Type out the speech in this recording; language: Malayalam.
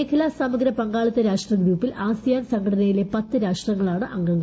മേഖലാ സമഗ്ര പങ്കാളിത്ത രാഷ്ട്ര ഗ്രൂപ്പിൽ ആണ്ഡിയാൻ സംഘടനയിലെ പത്ത് രാഷ്ട്രങ്ങളാണ് അംഗങ്ങൾ